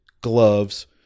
gloves